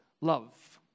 love